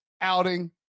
outing